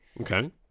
Okay